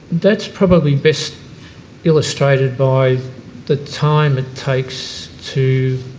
that's probably best illustrated by the time it takes to